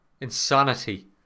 Insanity